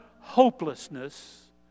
hopelessness